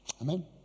Amen